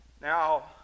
Now